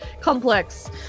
complex